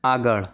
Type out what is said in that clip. આગળ